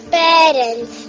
parents